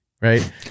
right